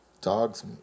dogs